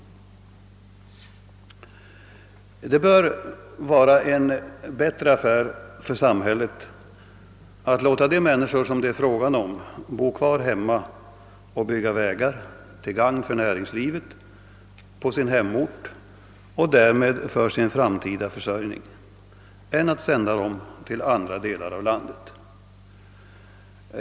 Det bör vara en bättre affär för samhället att låta de människor som det är fråga om bo kvar hemma och bygga vägar till gagn för näringslivet på sin hemort, och därmed för sin framtida försörjning, än att sända dem till andra delar av landet.